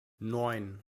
neun